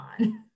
on